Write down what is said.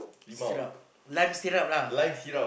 syrup lime syrup lah